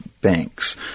banks